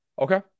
Okay